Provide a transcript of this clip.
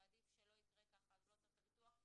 ועדיף שלא יקרה ככה אז לא צריך את הביטוח,